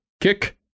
Kick